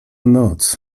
noc